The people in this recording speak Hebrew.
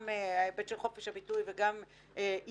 גם ההיבט של חופש הביטוי, וגם איומים.